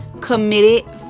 committed